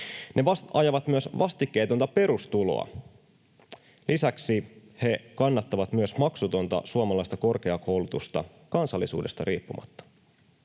ne ajavat myös vastikkeetonta perustuloa, ja lisäksi ne kannattavat myös maksutonta suomalaista korkeakoulutusta kansallisuudesta riippumatta.